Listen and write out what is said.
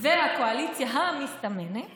הקואליציה המסתמנת